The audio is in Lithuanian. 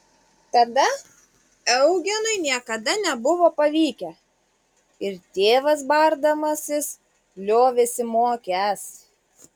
tada eugenui niekada nebuvo pavykę ir tėvas bardamasis liovėsi mokęs